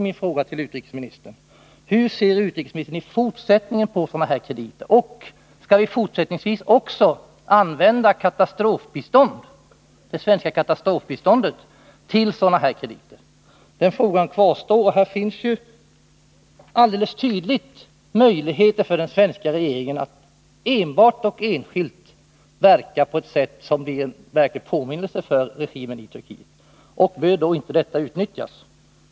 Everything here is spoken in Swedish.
Min fråga till utrikesministern kvarstår: Hur ser utrikesministern i fortsättningen på sådana här krediter? Kan vi också fortsättningsvis använda det svenska katastrofbiståndet till sådana här krediter? Här finns alldeles tydligt möjligheter för den svenska regeringen att enskilt verka på ett sätt som blir en påminnelse för regimen i Turkiet. Bör då inte detta utnyttjas?